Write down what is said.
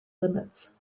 limits